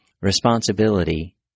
Responsibility